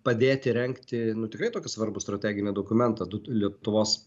padėti rengti nu tikrai tokį svarbų strateginį dokumentą lietuvos